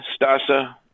Stasa